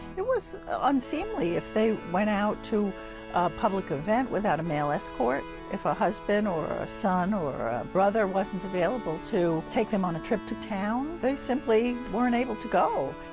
it was unseemly if they went out to a public event without a male escort. if a husband or a son or a brother wasn't available to take them on a trip to town, they simply weren't able to go.